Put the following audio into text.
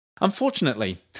Unfortunately